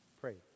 pray